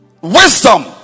Wisdom